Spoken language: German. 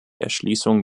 erschließung